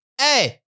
Hey